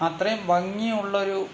അത്രയും ഭംഗിയുള്ളൊരു